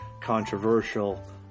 controversial